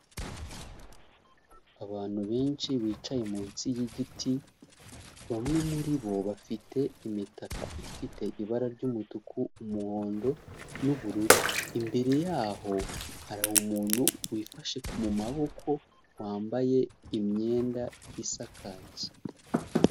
Abantu benshi bicaye munsi y'igiti, bamwe muri bo bafite imitaka ifite ibara ry'umutuku, umuhondo, n'ubururu. Imbere yaho hari umuntu wifashe mu maboko, wambaye imyenda isa kaki.